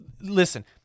Listen